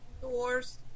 Doors